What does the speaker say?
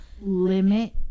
limit